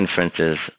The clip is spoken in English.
inferences